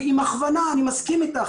ועם הכוונה אני מסכים איתך.